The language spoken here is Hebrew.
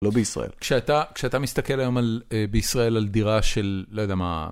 לא בישראל. כשאתה מסתכל היום בישראל על דירה של לא יודע מה...